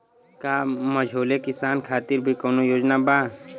का मझोले किसान खातिर भी कौनो योजना बा?